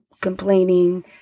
complaining